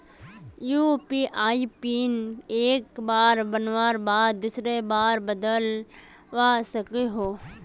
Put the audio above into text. UPI PIN एक बार बनवार बाद दूसरा बार बदलवा सकोहो ही?